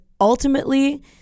ultimately